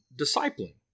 discipling